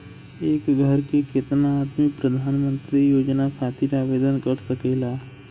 एक घर के केतना आदमी प्रधानमंत्री योजना खातिर आवेदन कर सकेला?